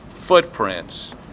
footprints